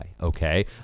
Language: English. okay